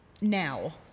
now